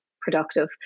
productive